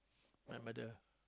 my mother